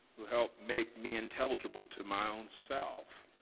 who helped make me intelligible to my own self.